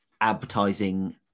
advertising